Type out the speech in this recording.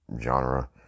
genre